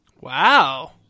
Wow